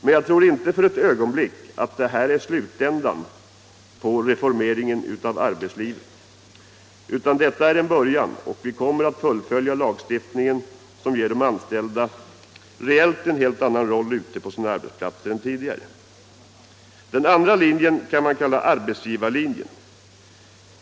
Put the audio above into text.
Men jag tror inte för ett ögonblick att det här är slutet på reformeringen av arbetslivet, utan detta är bara en början. Vi kommer att fullfölja lagstiftningen, som reellt ger de anställda en helt annan roll än tidigare ute på arbetsplatserna. Den andra linjen kan man kalla arbetsgivarlinjen.